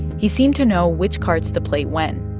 he seemed to know which cards to play when,